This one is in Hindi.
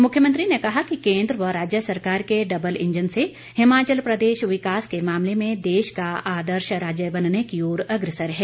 मुख्यमंत्री ने कहा कि केन्द्र व राज्य सरकार के डबल इंजन से हिमाचल प्रदेश विकास के मामले में देश का आदर्श राज्य बनने की ओर अग्रसर है